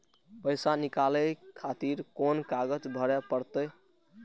पैसा नीकाले खातिर कोन कागज भरे परतें?